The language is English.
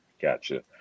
Gotcha